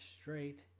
straight